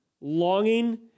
longing